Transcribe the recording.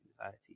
anxiety